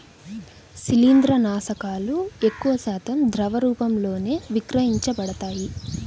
శిలీంద్రనాశకాలు ఎక్కువశాతం ద్రవ రూపంలోనే విక్రయించబడతాయి